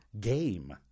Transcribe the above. Game